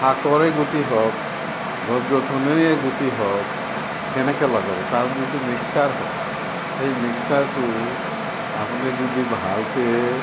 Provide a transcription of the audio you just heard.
শাকৰে গুটি হওক গছ গছনিৰে গুটি হওক কেনেকে লগাব তাৰ যিটো মিক্সাৰ হয় সেই মিক্সাৰটো আপুনি যদি ভালকে